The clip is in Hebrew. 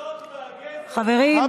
השוד והגזל הוא, חברים, מספיק.